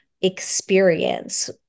experience